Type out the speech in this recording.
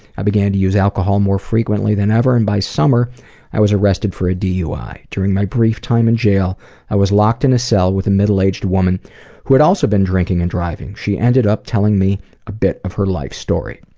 i began to use alcohol more frequently than ever and by summer i was arrested for a dui. during my brief time in jail i was locked in a cell with a middle aged woman who had also been drinking and driving. she ended up telling me a bit of her life story.